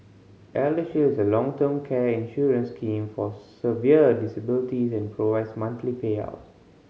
ElderShield is a long term care insurance scheme for severe disability and provides monthly payouts